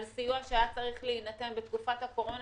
סיוע שהיה צריך להינתן בתקופת הקורונה,